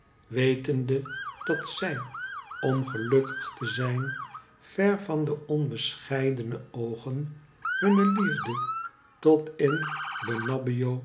wetende dat zij om gelukkig te zijn ver van onbescheidene oogen hunne liefde tot in